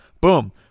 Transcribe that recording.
boom